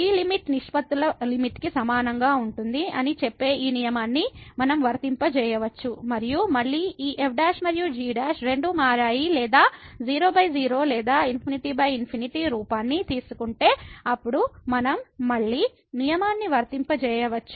ఈ లిమిట్ నిష్పత్తుల లిమిట్ కి సమానంగా ఉంటుంద ని చెప్పే ఈ నియమాన్ని మనం వర్తింపజేయవచ్చు మరియు మళ్ళీ ఈ f మరియు g రెండూ మారాయి లేదా 00 లేదా ∞∞ రూపాన్ని తీసుకుంటే అప్పుడు మనం మళ్ళీ నియమాన్ని వర్తింపజేయవచ్చు